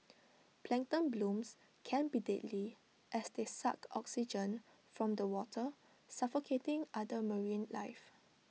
plankton blooms can be deadly as they suck oxygen from the water suffocating other marine life